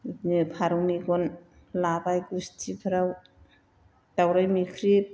बिदिनो फारौ मेगन लाबाय गुस्थिफ्राव दाउराइ मोख्रेब